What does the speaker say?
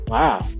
wow